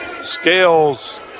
Scales